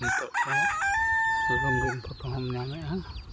ᱱᱤᱛᱚᱜ ᱫᱚ ᱨᱚᱸᱜᱤᱱ ᱯᱷᱳᱴᱳ ᱦᱚᱸᱢ ᱧᱟᱢᱮᱜᱼᱟ